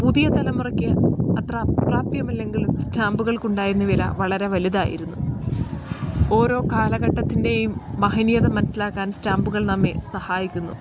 പുതിയ തലമുറയ്ക്ക് അത്ര അപ്രാപ്യമല്ലെങ്കിലും സ്റ്റാമ്പുകൾക്കുണ്ടായിരുന്ന വില വളരെ വലുതായിരുന്നു ഓരോ കാലഘട്ടത്തിൻ്റെയും മഹനീയത മനസ്സിലാക്കാൻ സ്റ്റാമ്പുകൾ നമ്മെ സഹായിക്കുന്നു